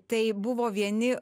tai buvo vieni